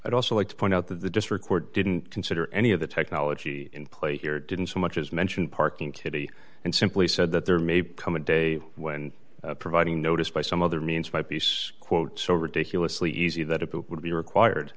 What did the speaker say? i'd also like to point out that the district court didn't consider any of the technology in play here didn't so much as mention parking kitty and simply said that there may come a day when providing notice by some other means by piece quote so ridiculously easy that it would be required